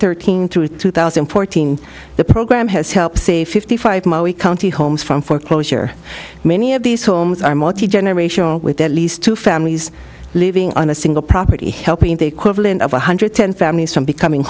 thirteen to two thousand and fourteen the program has helped save fifty five county homes from foreclosure many of these homes are multi generational with at least two families living on a single property helping the equivalent of one hundred ten families from becoming